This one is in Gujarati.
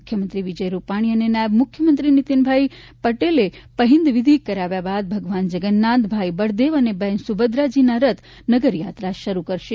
મુખ્યમંત્રી વિજય રૂપાણી અને નાયબ મુખ્યમંત્રી નીતિનભાઈ પટેલે પહિન્દ વિધિ કરાવ્યા બાદ ભગવાન જગન્નાથ ભાઈ બળદેવ અને બહેન સુભદ્રાજીના રથ નગરયાત્રા શરૂ કરશે